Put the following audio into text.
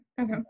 Okay